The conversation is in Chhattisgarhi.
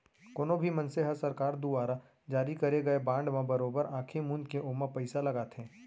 कोनो भी मनसे ह सरकार दुवारा जारी करे गए बांड म बरोबर आंखी मूंद के ओमा पइसा लगाथे